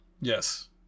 Yes